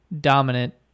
dominant